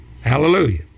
Hallelujah